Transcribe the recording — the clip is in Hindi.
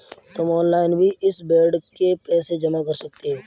तुम ऑनलाइन भी इस बेड के पैसे जमा कर सकते हो